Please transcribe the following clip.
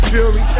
Fury